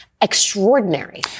extraordinary